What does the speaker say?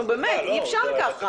נו באמת, אי אפשר ככה.